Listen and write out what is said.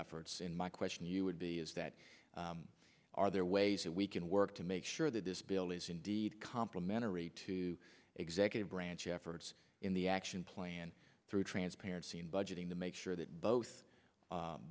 efforts in my question you would be is that are there ways that we can work to make sure that this bill is indeed complimentary to executive branch efforts in the action plan through transparency and budgeting to make sure that both